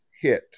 hit